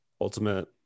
ultimate